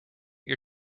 your